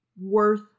worth